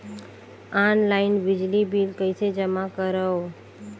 Online बिजली bill कइसे जमा करव?